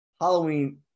Halloween